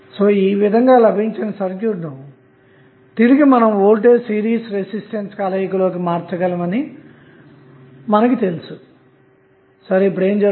ఈ విధంగా లభించిన సర్క్యూట్ను తిరిగి వోల్టేజ్ సిరీస్ రెసిస్టెన్స్ కలయిక లోకి మార్చగలమని మనకు తెలుసు కాబట్టి ఏమి జరుగుతుంది